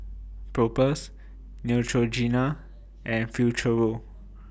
Propass Neutrogena and Futuro